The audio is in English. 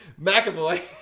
McAvoy